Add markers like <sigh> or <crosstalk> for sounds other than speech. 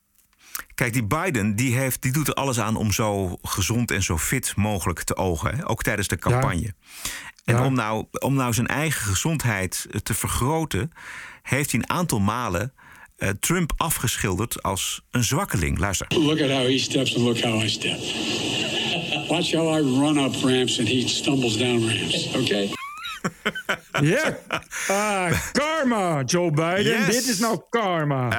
Kijk, die Biden, die heeft- die doet er alles aan om zo gezond en zo fit mogelijk te ogen, hè, ook tijdens de Ja. campagne. En Ja. om nou- om nou zijn eigen gezondheid, eh, te vergroten, heeft hij een aantal malen, eh, Trump afgeschilderd als een zwakkeling. Luister. <laughs> Look at how he steps and look how I step. Watch how I run up ramps and he stumbles down ramps, okay? <laughs> Ja. <laughs> Ah, karma, Joe Biden. Yes. Dit is nou karma.